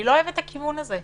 לא אוהבת את הכיוון הזה.